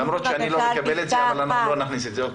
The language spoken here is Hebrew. למרות שאני לא מקבל את זה, אנחנו לא נכניס את זה.